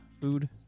food